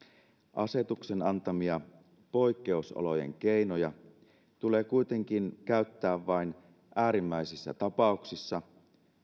asetuksen antamia poikkeusolojen keinoja tulee kuitenkin käyttää vain äärimmäisissä tapauksissa